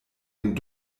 den